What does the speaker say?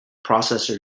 processor